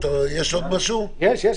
נמשיך.